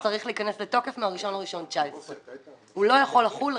הוא צריך להיכנס לתוקף מה-1 בינואר 2019. הוא לא יכול לחול רטרואקטיבית.